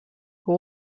von